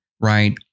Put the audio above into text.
right